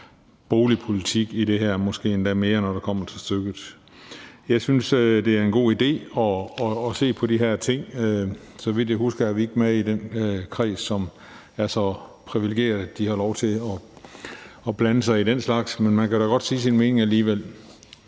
boligpolitik i det her, måske endda mere, når det kommer til stykket. Jeg synes, det er en god idé at se på de her ting. Så vidt jeg husker, er vi ikke med i den kreds, som er så privilegeret, at de har lov til at blande sig i den slags, men man kan da godt sige sin mening alligevel.